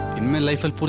my life. and